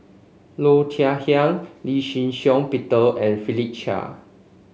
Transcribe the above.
Low Thia Khiang Lee Shih Shiong Peter and Philip Chia